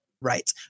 right